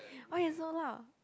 why you so loud